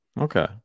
Okay